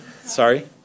Sorry